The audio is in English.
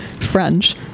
French